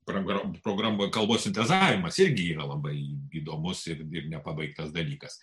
programa programa kalbos sintezavima irgi yra labai įdomus ir nepabaigtas dalykas